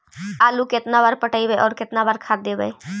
आलू केतना बार पटइबै और केतना बार खाद देबै?